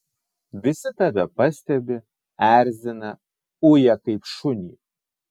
visi tave pastebi erzina uja kaip šunį